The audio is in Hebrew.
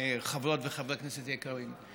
חברות וחברי כנסת יקרים.